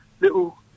little